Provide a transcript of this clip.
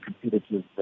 competitive